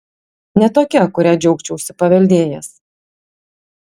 ne tokia kurią džiaugčiausi paveldėjęs